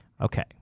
Okay